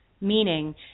meaning